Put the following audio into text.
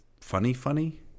funny-funny